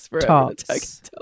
talks